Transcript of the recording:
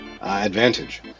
advantage